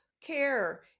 care